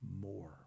more